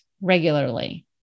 regularly